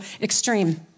extreme